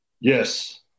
Yes